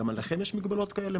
גם לכם יש מגבלות כאלה?